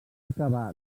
acabar